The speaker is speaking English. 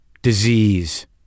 disease